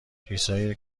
چیزهایی